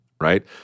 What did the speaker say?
right